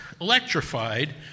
electrified